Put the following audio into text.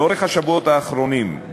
לאורך השבועות האחרונים,